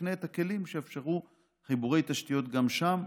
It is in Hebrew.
שיקנה את הכלים שיאפשרו חיבורי תשתיות גם שם,